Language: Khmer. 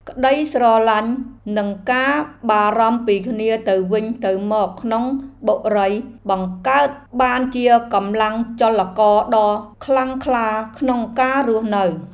ក្តីស្រឡាញ់និងការបារម្ភពីគ្នាទៅវិញទៅមកក្នុងបុរីបង្កើតបានជាកម្លាំងចលករដ៏ខ្លាំងក្លាក្នុងការរស់នៅ។